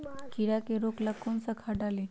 कीड़ा के रोक ला कौन सा खाद्य डाली?